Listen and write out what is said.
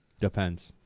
depends